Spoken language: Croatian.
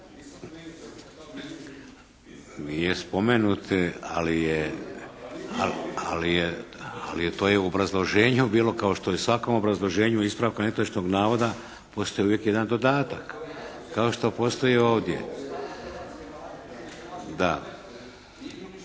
Nije spomenut ali je, to je u obrazloženju bilo kao što je u svakom obrazloženju ispravka netočnog navoda postoji uvijek jedan dodatak kao što postoji ovdje. …